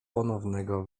ponownego